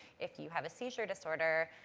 if you have a seizure disorder,